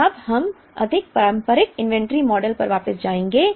अब हम अधिक पारंपरिक इन्वेंट्री मॉडल पर वापस जाएंगे